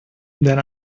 then